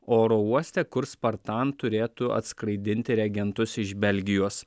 oro uoste kur spartan turėtų atskraidinti reagentus iš belgijos